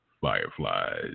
Fireflies